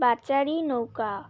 বাচারি নৌকা